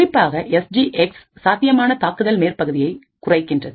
குறிப்பாக S G X சாத்தியமான தாக்குதல் மேற்பகுதியை குறைக்கின்றது